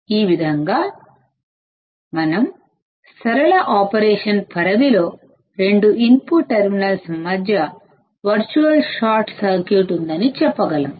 ఈ విధంగా మనం సరళ ఆపరేషన్ పరిధిలో రెండు ఇన్పుట్ టెర్మినల్స్ మధ్య ఒక వర్చువల్ షార్ట్ సర్క్యూట్ ఉందని చెప్పగలము